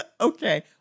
Okay